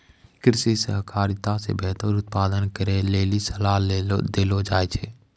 कृषि सहकारिता मे बेहतर उत्पादन करै लेली सलाह देलो जाय छै